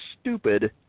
stupid